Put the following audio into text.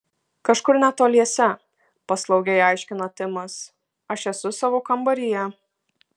kažkur netoliese paslaugiai aiškina timas aš esu savo kambaryje